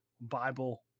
Bible